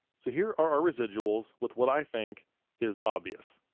so here are our residuals with what i think is obvious.